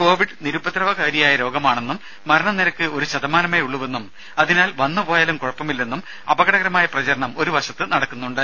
Covid നിരുപദ്രവകാരിയായ രോഗമാണെന്നും മരണനിരക്ക് ഒരു ശതമാനമേ ഉള്ളൂവെന്നും അതിനാൽ വന്നുപോയാലും കുഴപ്പമില്ലെന്നും അപകടകരമായ പ്രചരണം ഒരു വശത്ത് നടക്കുന്നുണ്ട്